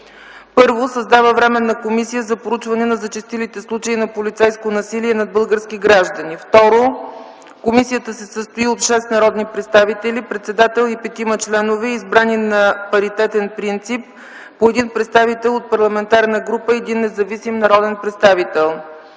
1. Създава Временна комисия за проучване на зачестилите случаи на полицейско насилие над български граждани; 2. Комисията се състои от шест народни представители, председател и петима членове, избрани на паритетен принцип – по един представител от парламентарна група и един независим народен представител;